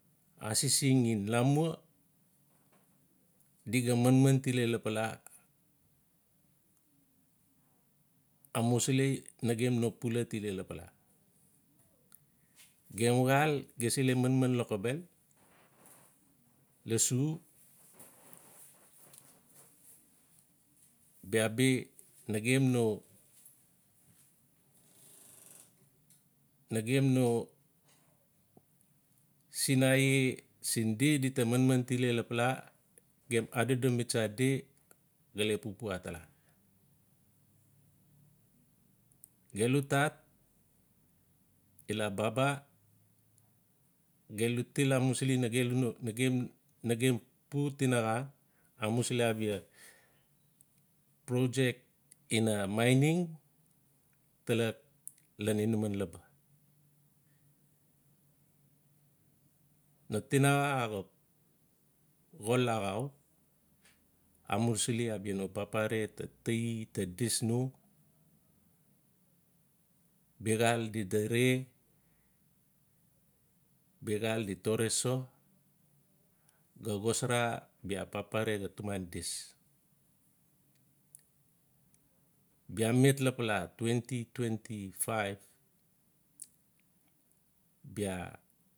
Asising ngen lamua di ga manman tile lapala. Amusili nagem no pula tile lapala. xaal gem se le manman lokobel lossu bia bi gem no nagem no sinae siin di-dita manman tile lapala gem adodomi din tsa gale la papua atala. Gelu tat ila baba gelu til amusili nagelu no nagem-nagem pu tinaxa amusili abia project ina mining taia ian inaman laba. No tinaxa axap xol axau amusili abia no papare ta taee ta dis no. Biaxaal di dere bia papare tuman dis. Bia met twenty twenty five bia.